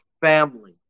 family